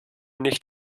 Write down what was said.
nicht